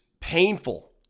painful